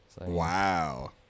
Wow